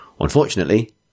Unfortunately